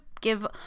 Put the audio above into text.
give